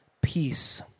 peace